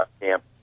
camp